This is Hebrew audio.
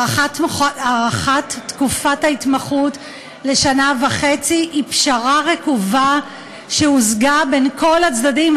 הארכת תקופת ההתמחות לשנה וחצי היא פשרה רקובה שהושגה בין כל הצדדים,